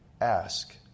ask